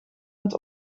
het